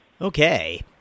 Okay